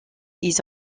ils